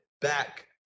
back